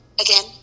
again